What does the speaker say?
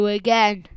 again